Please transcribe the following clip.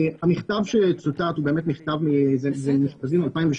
המכתב שצוטט הוא באמת מכתב מ-2018-2017,